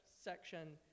section